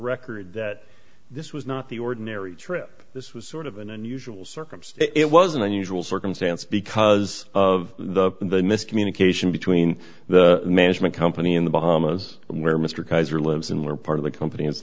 record that this was not the ordinary trip this was sort of an unusual circumstance it was an unusual circumstance because of the miscommunication between the management company in the bahamas where mr keyser lives and were part of the company is